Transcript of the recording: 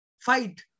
fight